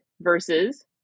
versus